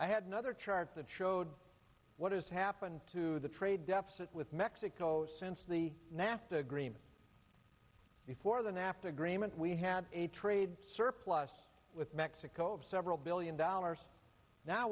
i had another chart that showed what has happened to the trade deficit with mexico since the nafta agreement before the nafta agreement we had a trade surplus with mexico over several billion dollars now